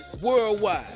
worldwide